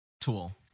tool